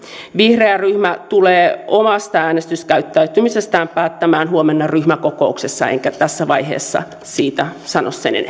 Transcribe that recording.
vihreä ryhmä tulee omasta äänestyskäyttäytymisestään päättämään huomenna ryhmäkokouksessa enkä tässä vaiheessa siitä sano sen